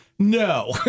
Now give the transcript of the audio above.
No